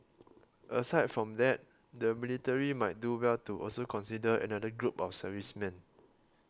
aside from that the military might do well to also consider another group of servicemen